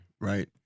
right